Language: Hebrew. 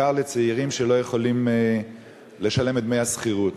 ובעיקר לצעירים שלא יכולים לשלם את דמי השכירות.